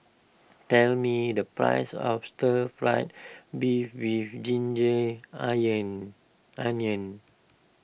tell me the price of Stir Fried Beef with Ginger Onions